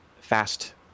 fast